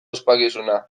ospakizuna